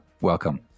welcome